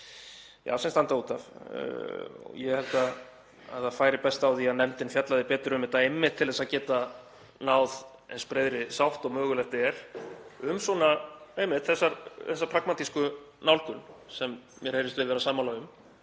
sem standa út af. Ég held að það færi best á því að nefndin fjallaði betur um þetta einmitt til þess að geta náð eins breiðri sátt og mögulegt er um þessa pragmatísku nálgun sem mér heyrist við vera sammála um,